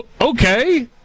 okay